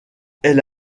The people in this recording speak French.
elle